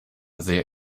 sehr